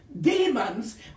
demons